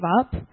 up